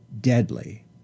deadly